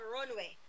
Runway